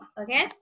okay